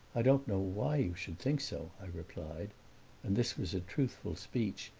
i don't know why you should think so, i replied and this was a truthful speech,